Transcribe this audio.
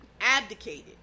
abdicated